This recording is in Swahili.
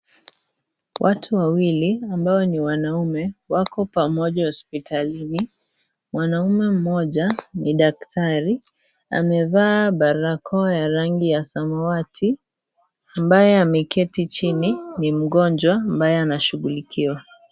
Watu wawili ambao ni wanaume wako pamoja hospitalini . Mwanaume mmoja ni daktari , amevaa barakoa ya rangi ya samawati . Ambaye ameketi chini ni mgonjwa ambaye anashughulikiwa.